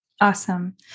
Awesome